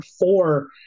four